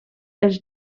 els